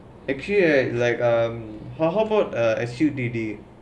actually I like um hmm how about um S_U_T_D